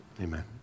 amen